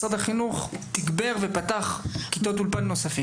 משרד החינוך תגבר ופתח כיתות אולפן נוספות?